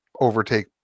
overtake